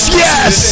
yes